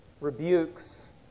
rebukes